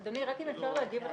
אדוני, רק אם אפשר להגיד משהו.